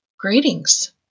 Greetings